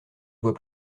doit